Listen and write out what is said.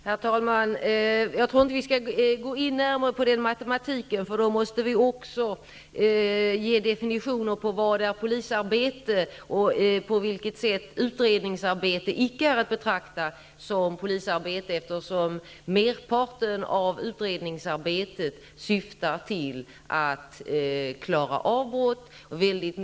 Herr talman! Jag tror inte att vi skall gå närmare in på matematiken. Då måste vi också definiera vad polisarbete är och på vilket sätt utredningsarbete icke är att betrakta som polisarbete. Merparten av utredningsarbetet syftar till att klara ut brott.